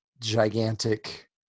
gigantic